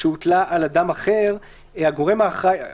שתחול על הגורם האחראי על